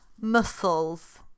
muscles